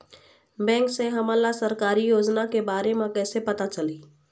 Bank से हमन ला सरकारी योजना के बारे मे कैसे पता चलही?